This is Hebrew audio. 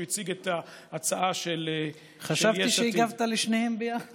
הוא הציג את ההצעה של, חשבתי שהגבת לשניהם יחד.